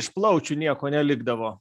iš plaučių nieko nelikdavo